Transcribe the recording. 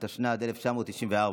התשנ"ד 1994,